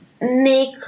make